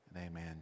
amen